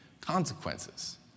consequences